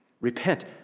Repent